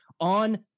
on